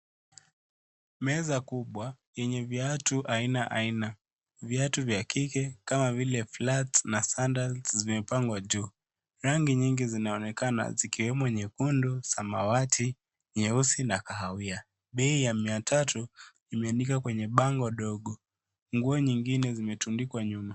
Meza kubwa yenye viatu aina aina. Viatu vya kike kama vile flat na sandals zimepangwa juu. Rangi nyingi zinaonekana zikiwemo nyekundu, samawati, nyeusi na kahawia. Bei ya mia tatu imeandikwa kwenye bango dogo. Nguo nyingine zimetundikwa nyuma.